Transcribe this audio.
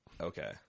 Okay